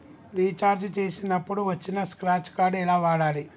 Recharge చేసినప్పుడు వచ్చిన scratch card ఎలా వాడాలి?